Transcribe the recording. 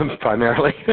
primarily